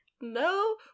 No